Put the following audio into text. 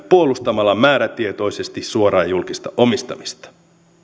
puolustamalla määrätietoisesti suoraa ja julkista omistamista